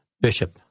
Bishop